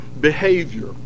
behavior